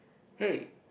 hey